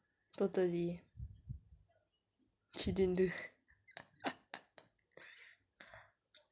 totally she didn't do